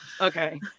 Okay